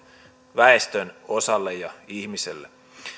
väestönosalle ja ihmiselle